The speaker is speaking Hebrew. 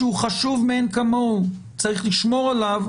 שהוא חשוב מאין כמוהו וצריך לשמור עליו,